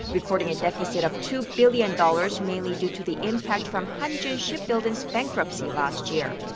recording a deficit of two billion dollars, mainly due to the impact from hanjin shipbuilding's bankruptcy last year.